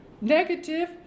negative